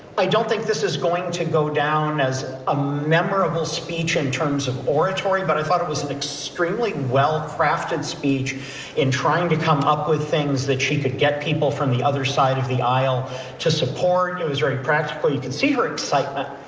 i don't think this is going to go down as a memorable speech in terms of oratory but i thought it was an extremely well crafted speech in trying to come up with things that she could get people from the other side of the aisle to support. it was very practical you can see her excitement.